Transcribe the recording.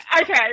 Okay